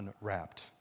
unwrapped